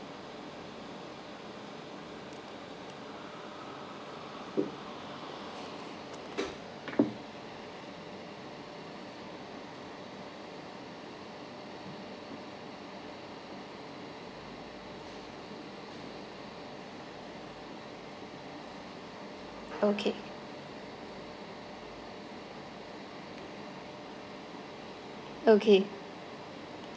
okay okay